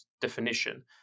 definition